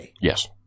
Yes